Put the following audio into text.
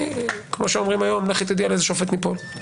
כמו שאומרים היום: לכי תדעי על איזה שופט ניפול.